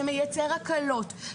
שמייצר הקלות,